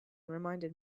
reminded